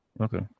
okay